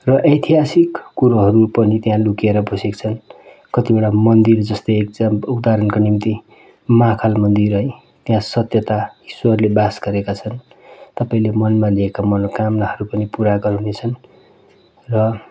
र ऐतिहासिक कुरोहरू पनि त्यहाँ लुकेर बसेका छन् कतिवटा मन्दिर जस्तै एक्जाम्प उदाहरणको निम्ति महाकाल मन्दिर है त्यहाँ सत्यता ईश्वरले बास गरेका छन् तपैले मनमा लिएका मनोकामनाहरू पनि पुरा गराउनेछन् र